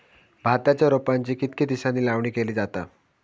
भाताच्या रोपांची कितके दिसांनी लावणी केली जाता?